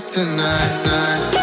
Tonight